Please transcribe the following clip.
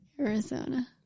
Arizona